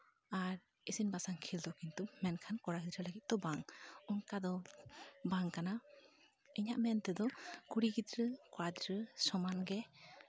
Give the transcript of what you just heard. ᱟᱨ ᱤᱥᱤᱱ ᱵᱟᱥᱟᱝ ᱠᱷᱮᱞ ᱫᱚ ᱠᱤᱱᱛᱩ ᱢᱮᱱᱠᱷᱟᱱ ᱠᱚᱲᱟ ᱜᱤᱫᱽᱨᱟᱹ ᱞᱟᱹᱜᱤᱫ ᱫᱚ ᱵᱟᱝ ᱚᱱᱠᱟ ᱫᱚ ᱵᱟᱝ ᱠᱟᱱᱟ ᱤᱧᱟᱹᱜ ᱢᱮᱱᱛᱮᱫᱚ ᱠᱩᱲᱤ ᱜᱤᱫᱽᱨᱟᱹ ᱠᱚᱲᱟ ᱜᱤᱫᱽᱨᱟᱹ ᱥᱚᱢᱟᱱ ᱜᱮ